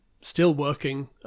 still-working